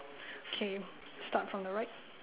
okay start from the right